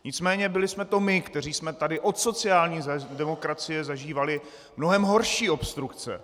Nicméně byli jsme to my, kteří jsme tady od sociální demokracie zažívali mnohem horší obstrukce.